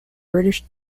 british